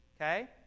okay